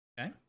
okay